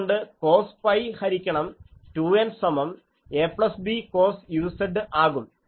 അതുകൊണ്ട് cos pi ഹരിക്കണം 2N സമം a plus b cos uz ആകും